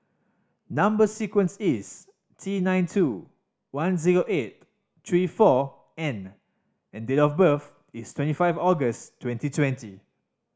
number sequence is T nine two one zero eight three four N and date of birth is twenty five August twenty twenty